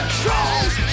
trolls